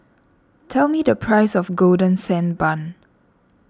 tell me the price of Golden Sand Bun